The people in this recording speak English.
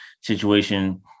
situation